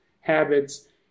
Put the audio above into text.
habits